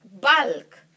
bulk